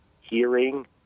hearing